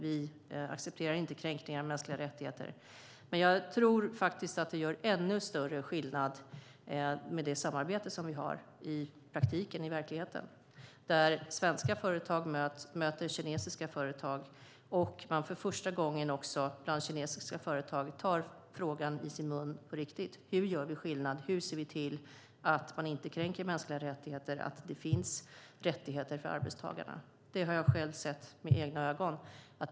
Vi accepterar inte kränkningar av mänskliga rättigheter. Jag tror dock att det gör ännu större skillnad med det samarbete som vi har i praktiken, där svenska företag möter kinesiska företag och man för första gången bland kinesiska företag tar frågan i sin mun på riktigt: Hur gör vi skillnad, hur ser vi till att man inte kränker mänskliga rättigheter och att det finns rätigheter för arbetstagarna? Det har jag själv sett med egna ögon.